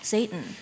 Satan